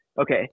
okay